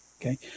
okay